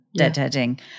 deadheading